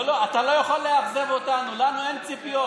לא, לא, אתה לא יכול לאכזב אותנו, לנו אין ציפיות.